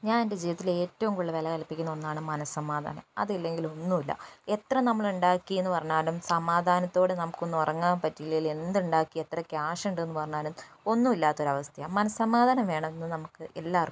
ഞാൻ എൻ്റെ ജീവിതത്തിൽ ഏറ്റവും കൂടുതൽ വില കല്പിക്കുന്ന ഒന്നാണ് മനസ്സമാധാനം അതില്ലെങ്കിൽ ഒന്നുമില്ല എത്ര നമ്മൾ ഉണ്ടാക്കിയെന്നു പറഞ്ഞാലും സമാധാനത്തോടെ നമുക്കൊന്നുറങ്ങാൻ പറ്റിയില്ലെങ്കിൽ എന്തുണ്ടാക്കി എത്ര ക്യാഷ് ഉണ്ടെന്നു പറഞ്ഞാലും ഒന്നുമില്ലാത്ത ഒരവസ്ഥയാണ് മനസ്സമാധാനം വേണം ഇന്ന് നമുക്ക് എല്ലാവർക്കും